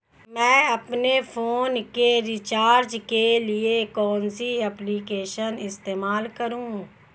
मैं अपने फोन के रिचार्ज के लिए कौन सी एप्लिकेशन इस्तेमाल करूँ?